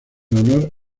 honor